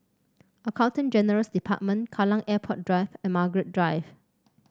Accountant General's Department Kallang Airport Drive and Margaret Drive